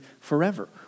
forever